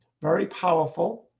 very powerful.